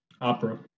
Opera